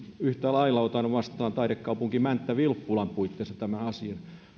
yhtä lailla otan vastaan taidekaupunki mänttä vilppulan puitteissa tämän asian